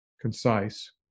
concise